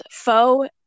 faux